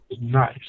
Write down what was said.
nice